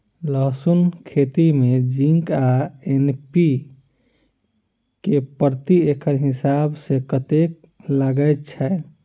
लहसून खेती मे जिंक आ एन.पी.के प्रति एकड़ हिसाब सँ कतेक लागै छै?